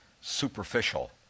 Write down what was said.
superficial